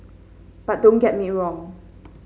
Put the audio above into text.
but don't get me wrong